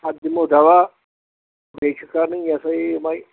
ادٕ دِمَو دوا بیٚیہِ چھِ کَرٕنۍ یا سا یہِ وۅنۍ